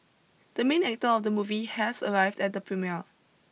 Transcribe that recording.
the main actor of the movie has arrived at the premiere